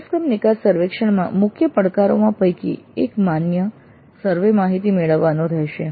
અભ્યાસક્રમ નિકાસ સર્વેક્ષણમાં મુખ્ય પડકારોમાં પૈકી એક માન્ય સર્વે માહિતી મેળવવાનો રહેશે